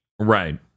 right